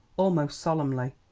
almost solemnly.